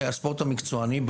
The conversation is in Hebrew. הספורט המקצועני,